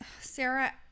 Sarah